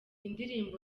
indirimbo